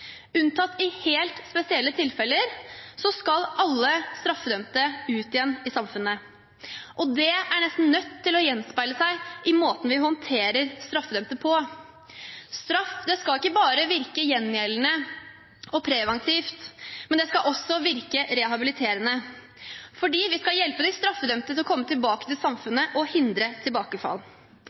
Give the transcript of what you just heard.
Unntatt i helt spesielle tilfeller skal alle straffedømte ut igjen i samfunnet. Det er nesten nødt til å gjenspeile seg i måten vi håndterer straffedømte på. Straff skal ikke bare virke gjengjeldende og preventivt; det skal også virke rehabiliterende. Vi skal hjelpe de straffedømte til å komme tilbake til samfunnet og hindre tilbakefall.